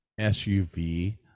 SUV